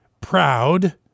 proud